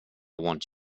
want